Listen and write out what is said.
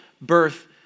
birth